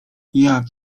jak